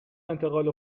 انتقال